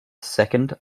second